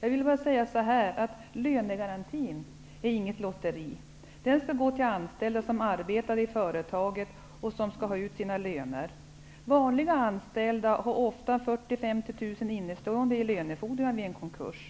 Själv vill jag bara säga att lönegarantin inte är något lotteri. Lönegarantin skall användas för anställda som arbetat i ett företag och som skall ha ut sina löner. Vid en konkurs har ofta vanliga anställda innestående lönefordringar om 40 000-50 000 kr.